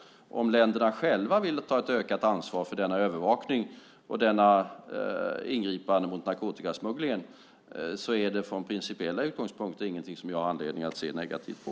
Om länderna själva vill ta ett ökat ansvar för denna övervakning och detta ingripande mot narkotikasmuggling är det från principiella utgångspunkter ingenting som jag har anledning att se negativt på.